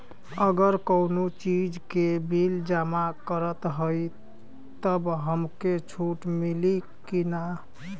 अगर कउनो चीज़ के बिल जमा करत हई तब हमके छूट मिली कि ना?